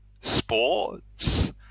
sports